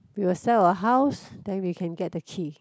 we will sell a house then we can get the key